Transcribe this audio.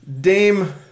Dame